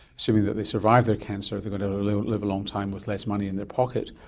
assuming that they survive their cancer, they are going to live a long time with less money in their pocket.